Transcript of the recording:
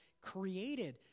created